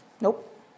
Nope